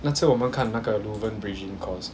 那次我们看那个 leuven bridging course